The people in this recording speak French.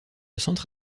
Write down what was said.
centre